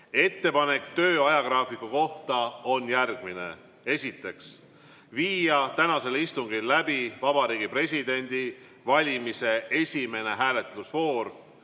Ettepanek töö ajagraafiku kohta on järgmine. Esiteks, viia tänasel istungil läbi Vabariigi Presidendi valimise esimene hääletusvoor.